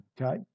okay